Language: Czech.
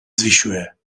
zvyšuje